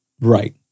Right